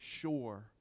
sure